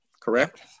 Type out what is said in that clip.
Correct